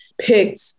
picked